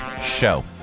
Show